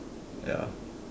ya